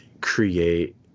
create